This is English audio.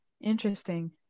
interesting